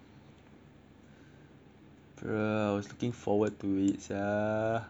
bro I was looking forward to it sia